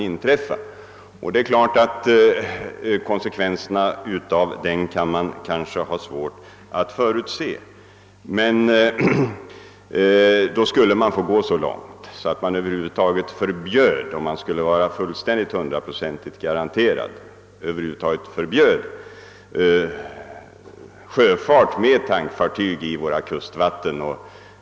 För att åstadkomma en hundraprocentig garanti härvidlag finge man gå så långt att man förbjöde sjöfart med tankfartyg i våra kustvatten.